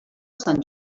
sant